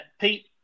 Pete